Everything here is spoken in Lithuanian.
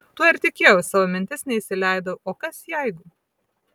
tuo ir tikėjau į savo mintis neįsileidau o kas jeigu